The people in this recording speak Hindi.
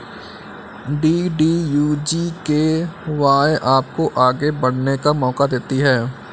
डी.डी.यू जी.के.वाए आपको आगे बढ़ने का मौका देती है